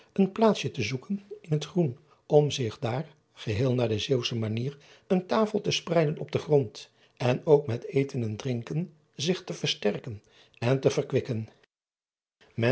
een plaatsje te zoeken in het groen om zich daar geheel naar de eeuwsche manier een tafel te spreiden op den grond en ook met eten en drinken zich te versterken en te verkwikken